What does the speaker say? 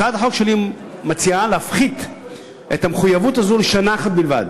הצעת החוק שלי מציעה להפחית את המחויבות הזו לשנה אחת בלבד.